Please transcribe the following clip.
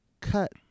cut